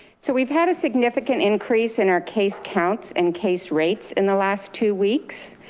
so we've had a significant increase in our case counts and case rates in the last two weeks.